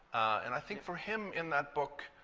and i think for him in that book,